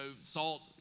salt